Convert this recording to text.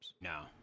No